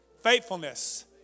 faithfulness